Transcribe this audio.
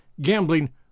gambling